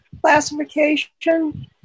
classification